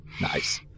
nice